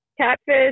catfish